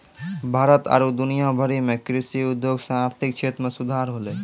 भारत आरु दुनिया भरि मे कृषि उद्योग से आर्थिक क्षेत्र मे सुधार होलै